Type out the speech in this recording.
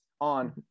on